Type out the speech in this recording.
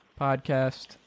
podcast